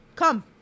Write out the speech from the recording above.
Come